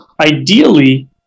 ideally